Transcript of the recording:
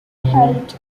held